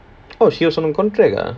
oh she was on a contract ah